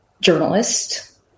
journalist